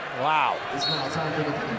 Wow